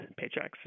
paychecks